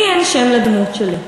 לי אין שם לדמות שלי.